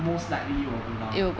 most likely it will go down